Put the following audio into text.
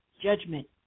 judgment